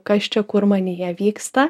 kas čia kur manyje vyksta